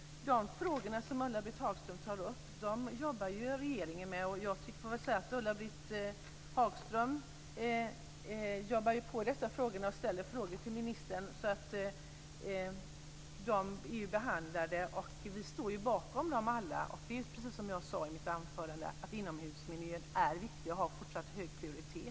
De frågor som Ulla-Britt Hagström tar upp jobbar regeringen med. Ulla-Britt Hagström jobbar ju på i dessa frågor och ställer frågor till ministern så de är behandlade. Vi står bakom dem alla. Precis som jag sade i mitt anförande är inomhusmiljön viktig och har fortsatt hög prioritet.